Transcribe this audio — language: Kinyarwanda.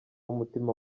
umutima